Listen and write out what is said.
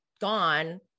gone